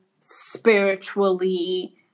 spiritually